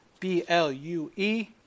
B-L-U-E